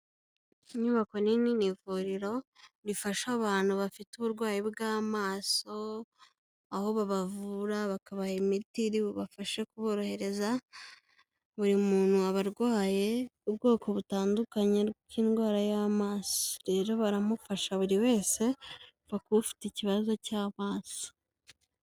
Inyubako nini, ni ivuriro rifasha abantu bafite uburwayi bw'amaso, aho babavura bakabaha imiti iri bubafashe kuborohereza, buri muntu aba arwaye ubwoko butandukanye bw'indwara y'amaso, rero baramufasha buri wese upfa kuba ufite ikibazo cy'amaso.